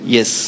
Yes